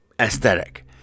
aesthetic